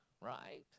right